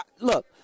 Look